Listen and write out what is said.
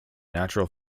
natural